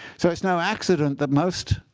so it's no accident that most